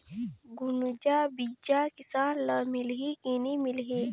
गुनजा बिजा किसान ल मिलही की नी मिलही?